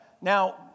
Now